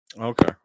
Okay